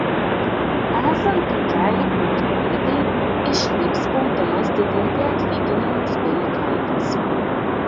esant tokiai ūkio raidai išliks spaudimas didinti atlyginimus bei kainas